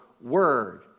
word